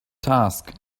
task